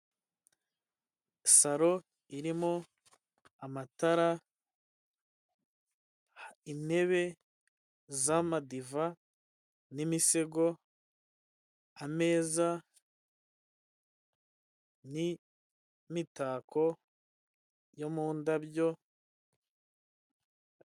Saro irimo amatara intebe z'amadiva n'imisego ameza nimitako yo mu ndabyo.